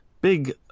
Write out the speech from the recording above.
big